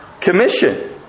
commission